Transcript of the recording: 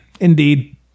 Indeed